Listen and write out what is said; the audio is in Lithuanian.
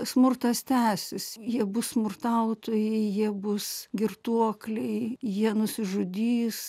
smurtas tęsis jie bus smurtautojai jie bus girtuokliai jie nusižudys